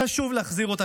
חשוב להחזיר אותה.